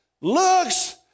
looks